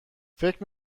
فکر